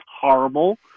horrible